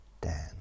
Dan